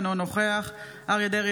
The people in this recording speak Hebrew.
אינו נוכח אריה מכלוף דרעי,